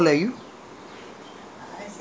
hello let let me tell you